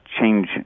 change